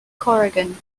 corrigan